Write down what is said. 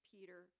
Peter